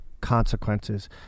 consequences